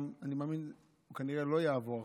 הוא כנראה לא יעבור עכשיו,